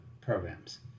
programs